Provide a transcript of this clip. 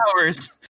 hours